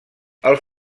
als